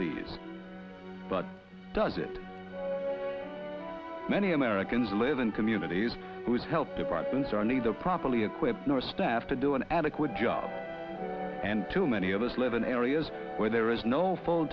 these but does it many americans live in communities whose help departments are neither properly equipped nor staff to do an adequate job and too many of us live in areas where there is no